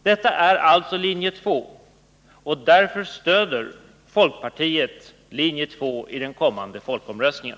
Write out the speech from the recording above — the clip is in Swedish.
Det är alltså linje 2, och därför stöder folkpartiet denna linje i den kommande folkomröstningen.